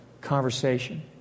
conversation